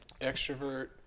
Extrovert